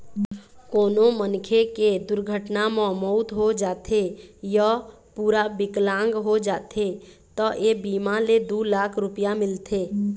कोनो मनखे के दुरघटना म मउत हो जाथे य पूरा बिकलांग हो जाथे त ए बीमा ले दू लाख रूपिया मिलथे